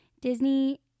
disney